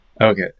Okay